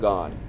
God